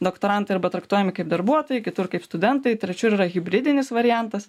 doktorantai arba traktuojami kaip darbuotojai kitur kaip studentai trečiur yra hibridinis variantas